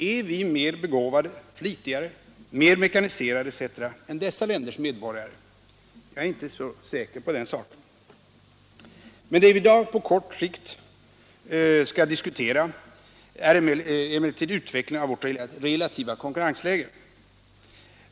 Är vi mer begåvade, flitigare, mer mekaniserade i produktionen etc. än dessa länders medborgare? Jag är inte så säker på den saken. Det vi i dag och på kort sikt skall diskutera är emellertid utvecklingen av vårt relativa konkurrensläge.